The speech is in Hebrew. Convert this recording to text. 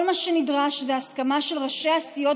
כל מה שנדרש זה הסכמה של ראשי הסיעות